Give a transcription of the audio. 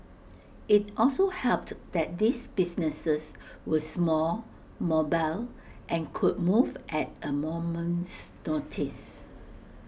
IT also helped that these businesses were small mobile and could move at A moment's notice